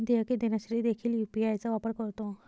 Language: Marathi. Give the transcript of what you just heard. देयके देण्यासाठी देखील यू.पी.आय चा वापर करतो